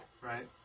right